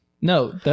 No